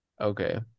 Okay